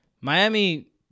Miami